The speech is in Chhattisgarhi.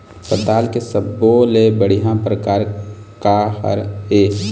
पताल के सब्बो ले बढ़िया परकार काहर ए?